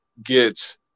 Get